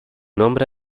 nombre